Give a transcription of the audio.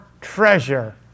treasure